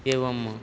एवम्